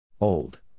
Old